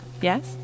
Yes